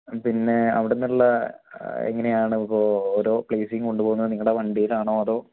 പിന്നെ അവിടുന്നുള്ള എങ്ങനെയാണ് ഓരോ പ്ലെയ്സീ കൊണ്ട് പോകുന്നത് നിങ്ങളുടെ വണ്ടിയിലാണോ അതോ